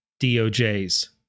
DOJ's